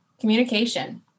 Communication